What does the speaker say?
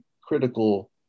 critical